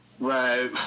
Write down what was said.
Right